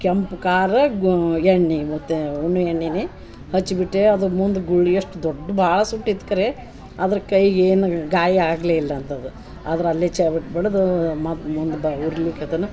ಕೆಂಪು ಖಾರ ಗು ಎಣ್ಣೆ ಮತ್ತು ಉಣ್ಣು ಎಣ್ಣಿನೆ ಹಚ್ಬಿಟ್ಟೇ ಅದು ಮುಂದ ಗುಳ್ಳಿ ಎಷ್ಟು ದೊಡ್ಡ ಭಾಳ ಸುಟ್ಟಿತು ಖರೆ ಅದ್ರ ಕೈಗೆ ಏನು ಗಾಯ ಆಗ್ಲೆ ಇಲ್ಲ ಅಂಥದ್ ಆದ್ರ ಅಲ್ಲೆ ಬಡ್ದೂ ಮತ್ತೆ ಮುಂದ ಬ ಊರ್ಲಿಕೆತನು